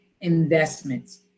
investments